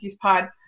Pod